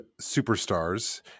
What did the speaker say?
superstars